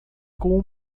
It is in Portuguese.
com